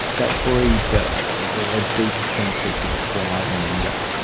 that breeds a deep sense of disquiet and anger.